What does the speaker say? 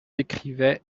écrivait